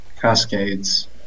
cascades